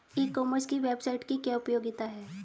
ई commerce की website की क्या उपयोगिता है?